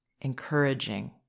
encouraging